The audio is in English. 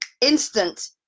instant